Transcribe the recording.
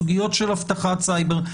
סוגיות של אבטחת סייבר,